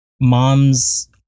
mom's